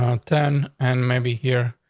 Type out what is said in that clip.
um ten and maybe here.